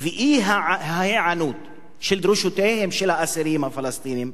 ואי-ההיענות לדרישותיהם של האסירים הפלסטינים,